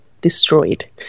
destroyed